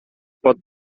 pot